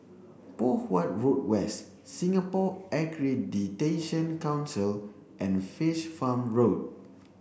Poh Huat Road West Singapore Accreditation Council and Fish Farm Road